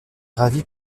ravie